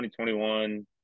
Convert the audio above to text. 2021